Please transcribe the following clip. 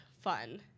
fun